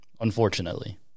unfortunately